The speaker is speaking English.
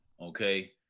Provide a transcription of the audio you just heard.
Okay